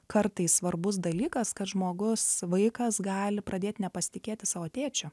kartais svarbus dalykas kad žmogus vaikas gali pradėt nepasitikėti savo tėčiu